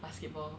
basketball